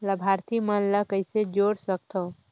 लाभार्थी मन ल कइसे जोड़ सकथव?